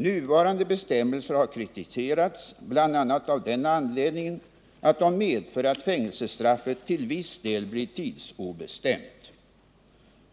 Nuvarande bestämmelser har kritiserats bl.a. av den anledningen att de medför att fängelsestraffet till viss del blir tidsobestämt.